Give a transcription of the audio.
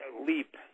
leap